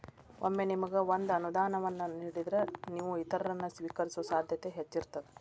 ಒಮ್ಮೆ ನಿಮಗ ಒಂದ ಅನುದಾನವನ್ನ ನೇಡಿದ್ರ, ನೇವು ಇತರರನ್ನ, ಸ್ವೇಕರಿಸೊ ಸಾಧ್ಯತೆ ಹೆಚ್ಚಿರ್ತದ